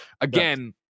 Again